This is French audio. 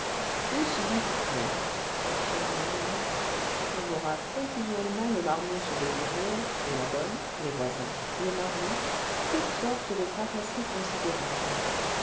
où se rencontrer par quel moyen on aura continuellement le marmot sur les épaules et la bonne les voisins le mari toute sorte de tracasseries considérables